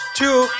two